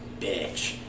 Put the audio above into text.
bitch